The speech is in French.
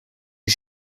est